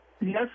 Yes